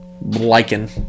lichen